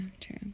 true